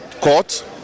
court